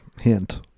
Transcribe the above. hint